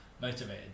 motivated